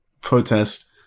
protest